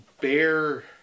Bear